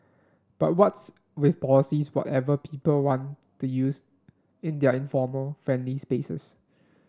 but what's with policing whatever people want to use in their informal friendly spaces